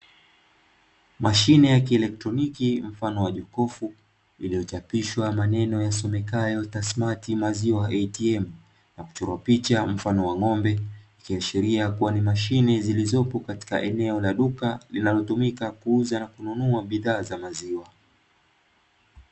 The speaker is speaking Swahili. Machine ya kielektroniki mfano wa jokofu lililochapishwa maneno yasomekayo "TASSMATI MILK ATM" kwa kuchorwa picha mfano wa ng'ombe, ikiashiria kuwa ni mashine zilizopo katika eneo la duka linalotumika kuuza na kununua bidhaa za maziwa.